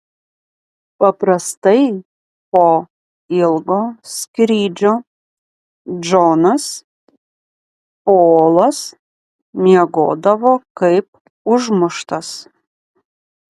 paprastai po ilgo skrydžio džonas polas miegodavo kaip užmuštas